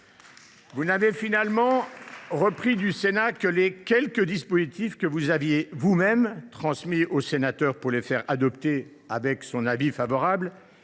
Vous n’avez finalement repris du Sénat que les quelques dispositifs que vous aviez vous même transmis aux sénateurs pour les faire adopter avec avis favorable,